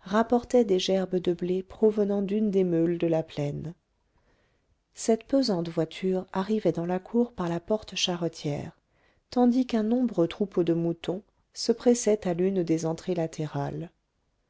rapportait des gerbes de blé provenant d'une des meules de la plaine cette pesante voiture arrivait dans la cour par la porte charretière tandis qu'un nombreux troupeau de moutons se pressait à l'une des entrées latérales